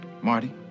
Marty